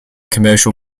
commercial